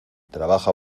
trabaja